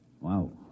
Wow